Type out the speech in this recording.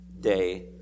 day